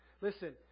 Listen